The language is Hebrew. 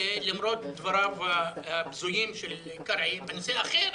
למרות דבריו הבזויים של קרעי בנושא אחר,